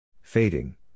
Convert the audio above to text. Fading